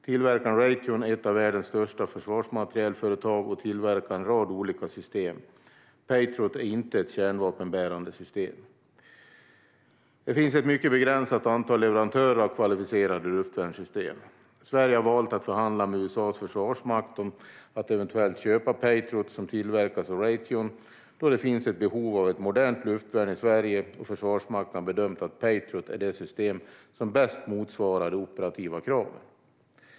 Tillverkaren Raytheon är ett av världens största försvarsmaterielföretag och tillverkar en rad olika system. Patriot är inte ett kärnvapenbärande system. Det finns ett mycket begränsat antal leverantörer av kvalificerade luftvärnssystem. Sverige har valt att förhandla med USA:s försvarsmakt om att eventuellt köpa Patriot, som tillverkas av Raytheon, då det finns ett behov av ett modernt luftvärn i Sverige och Försvarsmakten har bedömt att Patriot är det system som bäst motsvarar de operativa kraven.